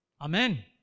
Amen